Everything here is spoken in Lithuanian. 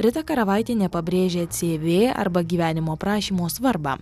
rita karavaitienė pabrėžė cv arba gyvenimo prašymo svarbą